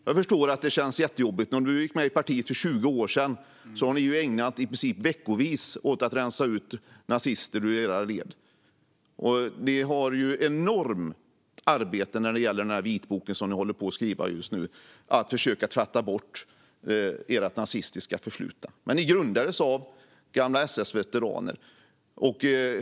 Jag förstår att det känns jättejobbigt. Du gick med i partiet för 20 år sedan. Ni har i princip ägnat veckor åt att rensa ut nazister ur era led. När det gäller den vitbok som ni håller på och skriver just nu har ni ett enormt arbete med att försöka tvätta bort ert nazistiska förflutna. Ni grundades av gamla SS-veteraner.